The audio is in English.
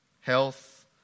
health